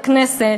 לכנסת,